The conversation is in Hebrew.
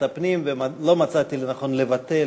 אפילו לא חצי ריקה,